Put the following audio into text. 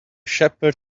shepherd